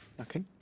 Okay